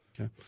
okay